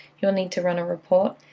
you'll need to run a report,